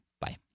bye